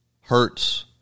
hurts